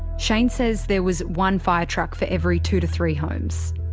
shane says there was one fire truck for every two to three homes.